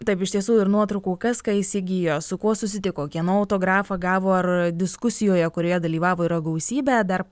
taip iš tiesų ir nuotraukų kas ką įsigijo su kuo susitiko kieno autografą gavo ar diskusijoje kurioje dalyvavo yra gausybę dar